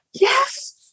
Yes